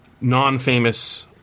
non-famous